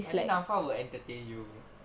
I think afal entertain you